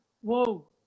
Whoa